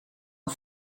een